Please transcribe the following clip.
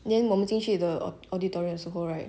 then 我们进去 the auditorium 的时候 right